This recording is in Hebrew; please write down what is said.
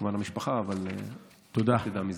גם כמובן למשפחה, אבל תדע מזה.